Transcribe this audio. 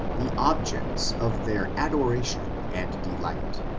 the objects of their adoration and delight